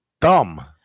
dumb